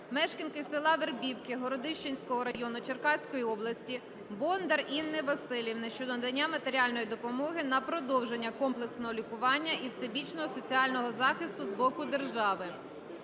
мешканки села Вербівка Городищенського району Черкаської області Бондар Інни Василівни щодо надання матеріальної допомоги на продовження комплексного лікування і всебічного соціального захисту з боку держави.